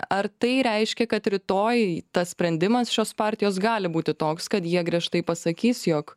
ar tai reiškia kad rytoj tas sprendimas šios partijos gali būti toks kad jie griežtai pasakys jog